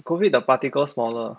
COVID the particles smaller